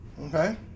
Okay